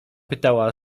pytała